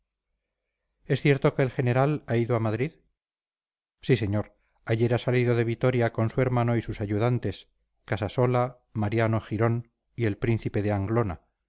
es cierto que el general ha ido a madrid sí señor ayer ha salido de vitoria con su hermano y sus ayudantes casasola mariano girón y el príncipe de anglona